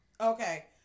okay